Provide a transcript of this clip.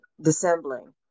dissembling